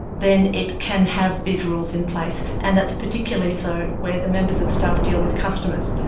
then it can have these rules in place, and that's particularly so where the members of staff deal with customers,